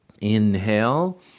Inhale